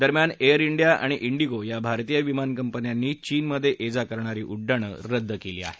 दरम्यान Air India आणि IndiGo या भारतीय विमान कंपन्यांनी चीनमध्येये जा करणारी उड्डाणं रद्द केली आहेत